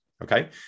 Okay